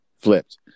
flipped